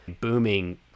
booming